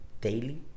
daily